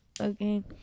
Okay